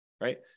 right